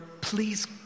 please